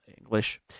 English